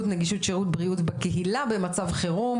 (נגישות שירותי בריאות בקהילה במצב חירום),